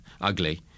ugly